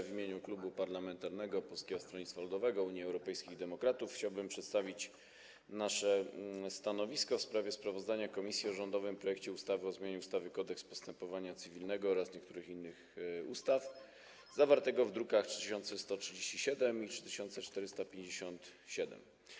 W imieniu Klubu Parlamentarnego Polskiego Stronnictwa Ludowego - Unii Europejskich Demokratów chciałbym przedstawić nasze stanowisko w sprawie sprawozdania komisji o rządowym projekcie ustawy o zmianie ustawy Kodeks postępowania cywilnego oraz niektórych innych ustaw, druki nr 3137 i 3457.